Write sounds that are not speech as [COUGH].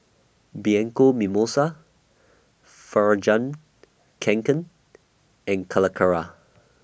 Bianco Mimosa fur [UNINTELLIGIBLE] Kanken and Calacara